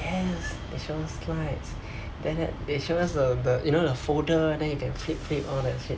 yes they show slides then the~ show us the the you know the folder then you can flip flip all that shit